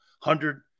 hundred